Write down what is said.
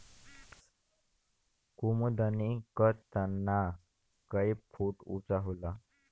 कुमुदनी क तना कई फुट ऊँचा होला